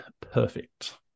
perfect